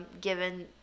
given